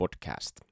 Podcast